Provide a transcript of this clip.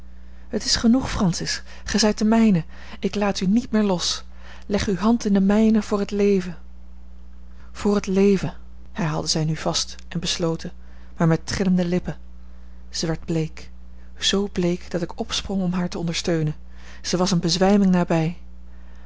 het is genoeg francis gij zijt de mijne ik laat u niet meer los leg uwe hand in de mijne voor het leven voor het leven herhaalde zij nu vast en besloten maar met trillende lippen zij werd bleek zoo bleek dat ik opsprong om haar te ondersteunen zij was eene bezwijming nabij